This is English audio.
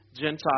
Gentile